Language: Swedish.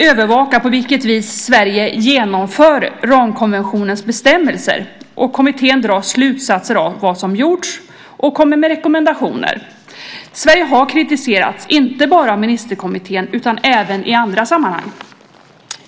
övervakar på vilket vis Sverige genomför ramkonventionens bestämmelser. Och kommittén drar slutsatser av vad som har gjorts och kommer med rekommendationer. Sverige har kritiserats, inte bara av ministerkommittén utan även i andra sammanhang.